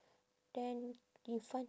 then in front